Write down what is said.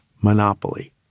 monopoly